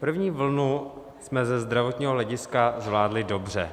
první vlnu jsme ze zdravotního hlediska zvládli dobře.